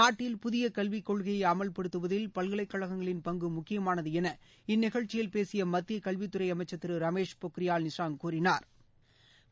நாட்டில் புதிய கல்வி கொள்கையை அமல்படுத்துவதில் பல்கலைக்கழகங்களின் பங்கு முக்கியமானது என இந்நிகழ்ச்சியில் பேசிய மத்திய கல்வித்துறை அமைச்சர் திரு ரமேஷ் பொக்ரியால் கூறினாா்